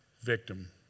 victim